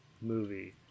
movie